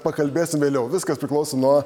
pakalbėsim vėliau viskas priklauso nuo